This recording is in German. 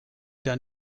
der